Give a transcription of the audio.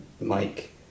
Mike